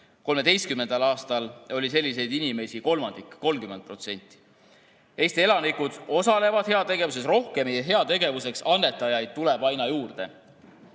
2013. aastal oli selliseid inimesi kolmandik, 30%. Eesti elanikud osalevad heategevuses rohkem ja heategevuseks annetajaid tuleb aina juurde.